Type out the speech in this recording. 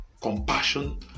compassion